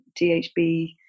DHB